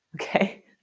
Okay